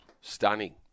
stunning